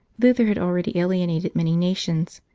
luther had already alienated many nations,